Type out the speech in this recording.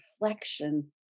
reflection